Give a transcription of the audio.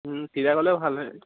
তেতিয়া গ'লেও ভাল হয়